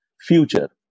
future